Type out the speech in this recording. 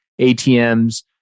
ATMs